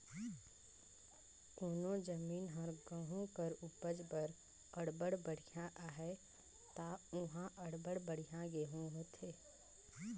कोनो जमीन हर गहूँ कर उपज बर अब्बड़ बड़िहा अहे ता उहां अब्बड़ बढ़ियां गहूँ होथे